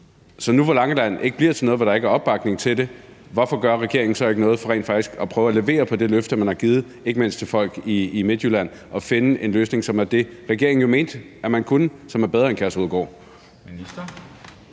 Så nu, hvor Langeland ikke bliver til noget, hvor der ikke er opbakning til det, hvorfor gør regeringen så ikke noget for rent faktisk at prøve at levere på det løfte, man har givet, ikke mindst til folk i Midtjylland, og finde en løsning, som er det, regeringen jo mente man kunne, som er bedre end Kærshovedgård?